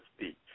speak